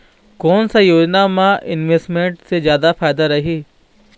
कोन सा योजना मे इन्वेस्टमेंट से जादा फायदा रही?